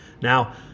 Now